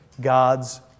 God's